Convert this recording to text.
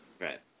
Right